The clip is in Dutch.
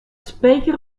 spijker